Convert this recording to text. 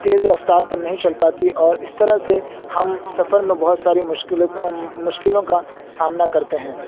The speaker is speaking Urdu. تیز رفتار پر نہیں چل پاتی اور اس طرح سے ہم سفر میں بہت ساری مشکلوں کا سامنا کرتے ہیں